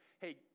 hey